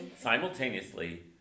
simultaneously